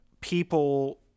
people